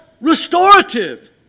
restorative